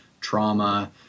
trauma